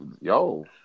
yo